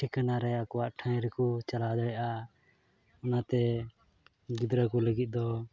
ᱴᱷᱤᱠᱟᱱᱟ ᱨᱮ ᱟᱠᱚᱣᱟᱜ ᱴᱷᱟᱸᱭ ᱨᱮᱠᱚ ᱪᱟᱞᱟᱣ ᱫᱟᱲᱮᱭᱟᱜᱼᱟ ᱚᱱᱟᱛᱮ ᱜᱤᱫᱽᱨᱟᱹ ᱠᱚ ᱞᱟᱹᱜᱤᱫ ᱫᱚ